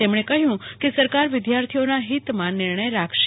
તેમણે કહ્યું કે સરકારે વિદ્યાર્થીઓના હીતમાં નિર્ણય રાખશે